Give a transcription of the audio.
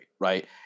Right